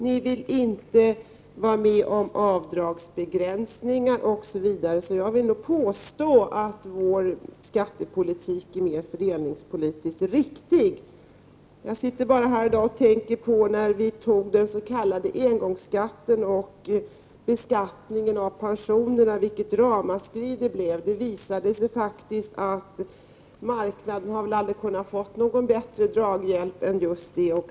Ni vill inte vara med om avdragsbegränsningar, osv. Då vill jag påstå att vår skattepolitik är mera fördelningspolitiskt riktig. Jag tänkte på vilket ramaskri det blev när vi genomförde den s.k. engångsskatten och beskattningen av pensionerna. Det visade sig faktiskt att marknaden aldrig hade kunnat få någon bättre draghjälp än just det.